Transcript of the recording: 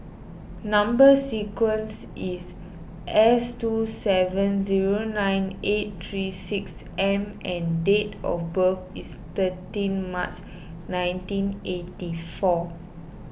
Number Sequence is S two seven zero nine eight three six M and date of birth is thirteen March nineteen eighty four